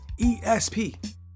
ESP